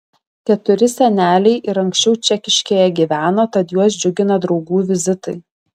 keturi seneliai ir anksčiau čekiškėje gyveno tad juos džiugina draugų vizitai